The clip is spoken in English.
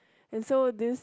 and so this